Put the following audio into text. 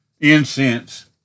incense